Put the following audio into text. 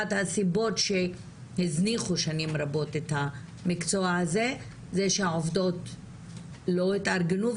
אחת הסיבות שהזניחו שנים רבות את המקצוע הזה היא שהעובדות לא התארגנו,